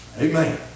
Amen